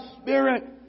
Spirit